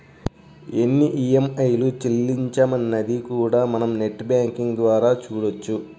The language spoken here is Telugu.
ఎన్ని ఈఎంఐలు చెల్లించామన్నది కూడా మనం నెట్ బ్యేంకింగ్ ద్వారా చూడొచ్చు